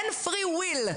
אין free will,